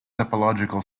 topological